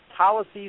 Policies